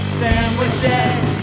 sandwiches